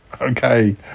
Okay